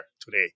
today